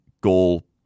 goal